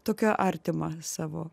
tokia artima savo